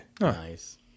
Nice